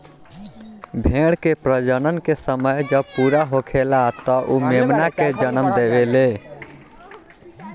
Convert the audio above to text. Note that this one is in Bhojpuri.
भेड़ के प्रजनन के समय जब पूरा होखेला त उ मेमना के जनम देवेले